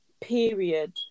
period